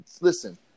listen